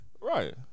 Right